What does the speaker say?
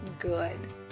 good